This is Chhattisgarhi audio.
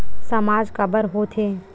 सामाज काबर हो थे?